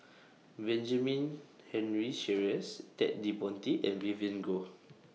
Benjamin Henry Sheares Ted De Ponti and Vivien Goh